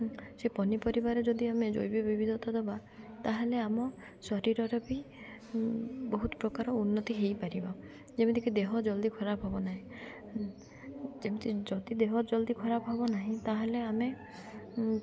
ସେ ପନିପରିବାରେ ଯଦି ଆମେ ଜୈବିକ ବିବିଧତା ଦେବା ତାହେଲେ ଆମ ଶରୀରରେ ବି ବହୁତ ପ୍ରକାର ଉନ୍ନତି ହେଇପାରିବ ଯେମିତିକି ଦେହ ଜଲ୍ଦି ଖରାପ୍ ହେବ ନାହିଁ ଯେମିତି ଯଦି ଦେହ ଜଲ୍ଦି ଖରାପ୍ ହେବ ନାହିଁ ତାହେଲେ ଆମେ